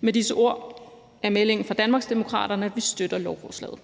Med disse ord er meldingen fra Danmarksdemokraterne, at vi støtter lovforslaget.